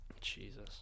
Jesus